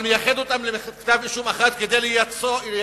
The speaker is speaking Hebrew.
אבל מאחד אותם לכתב-אישום אחד כדי לייצר